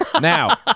Now